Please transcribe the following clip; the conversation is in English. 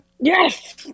Yes